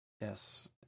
Yes